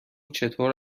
چطور